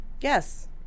yes